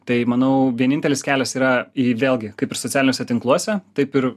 tai manau vienintelis kelias yra į vėlgi kaip ir socialiniuose tinkluose taip ir